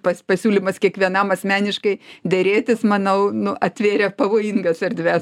pas pasiūlymas kiekvienam asmeniškai derėtis manau atvėrė pavojingas erdves